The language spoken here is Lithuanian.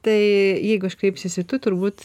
tai jeigu aš kreipsiuosi tu turbūt